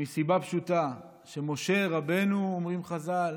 מסיבה פשוטה, שמשה רבנו, אומרים חז"ל,